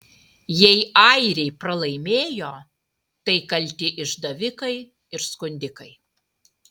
jei airiai pralaimėjo tai kalti išdavikai ir skundikai